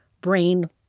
brain